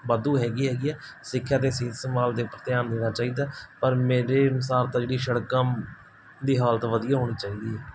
ਵਾਧੂ ਹੈਗੀ ਹੈਗੀ ਆ ਸਿੱਖਿਆ ਦੇ ਸੀਸ ਸੰਭਾਲ ਦੇ ਉੱਪਰ ਧਿਆਨ ਦੇਣਾ ਚਾਹੀਦਾ ਪਰ ਮੇਰੇ ਅਨੁਸਾਰ ਤਾਂ ਜਿਹੜੀ ਸੜਕਾਂ ਦੀ ਹਾਲਤ ਵਧੀਆ ਹੋਣੀ ਚਾਹੀਦੀ ਹੈ